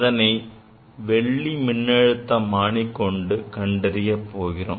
அதனை வெள்ளி மின்னழுத்தமானியைக் கொண்டு கண்டறிய போகிறோம்